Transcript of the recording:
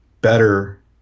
better